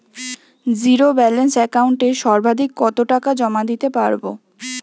Zero balance একাউন্টে সর্বাধিক কত টাকা জমা দিতে পারব?